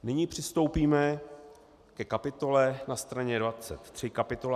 Nyní přistoupíme ke kapitole na straně 23 kapitola